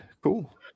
cool